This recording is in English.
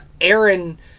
Aaron